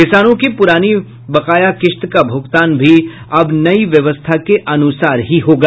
किसानों की पुरानी बकाया किश्त का भुगतान भी अब नई व्यवस्था के अनुसार ही होगा